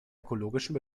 ökologischen